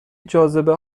جاذبه